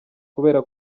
kubera